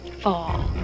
fall